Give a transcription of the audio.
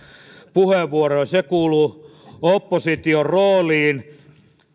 puheenvuoroja se kuluu opposition rooliin